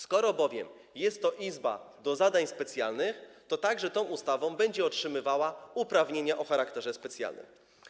Skoro bowiem jest to izba do zadań specjalnych, to tą ustawą będzie otrzymywała także uprawnienia o charakterze specjalnym.